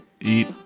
Eat